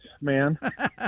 man